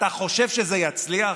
אתה חושב שזה יצליח?